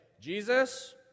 Jesus